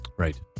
right